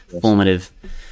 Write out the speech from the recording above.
formative